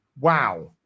wow